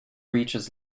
reaches